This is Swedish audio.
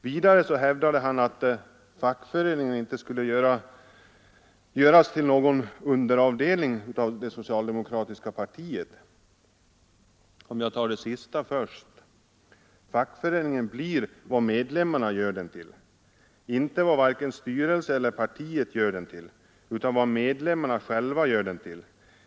Vidare hävdade han att fackföreningen inte skulle göras till någon underavdelning till det socialdemokratiska partiet. Om jag tar det sista först: Fackföreningen blir vad medlemmarna gör den till, inte vad vare sig styrelsen eller partiet gör den till, utan vad medlemmarna själva gör den till.